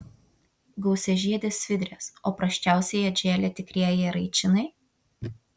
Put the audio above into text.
gausiažiedės svidrės o prasčiausiai atžėlė tikrieji eraičinai